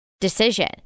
decision